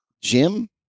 Jim